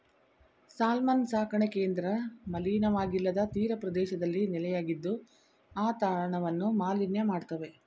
salmon ಸಾಕಣೆ ಕೇಂದ್ರ ಮಲಿನವಾಗಿಲ್ಲದ ತೀರಪ್ರದೇಶದಲ್ಲಿ ನೆಲೆಯಾಗಿದ್ದು ಆ ತಾಣವನ್ನು ಮಾಲಿನ್ಯ ಮಾಡ್ತವೆ